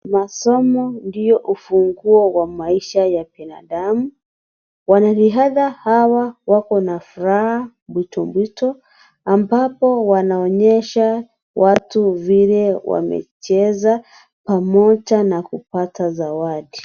Masomo ndiyo ufunguo wa maisha ya binadamu. Wanariadha hawa wako na furaha mpwitompwito, ambapo wanaonyesha watu vile wamecheza, pamoja na kupata zawadi.